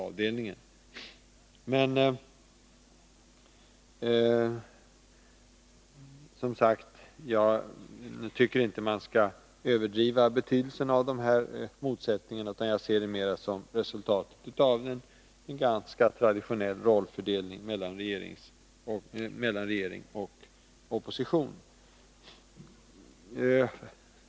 Men jag tycker, som sagt, inte att man skall överdriva betydelsen av de här motsättningarna, utan se dem mera som resultatet av en traditionell rollfördelning mellan regering och opposition.